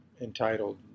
entitled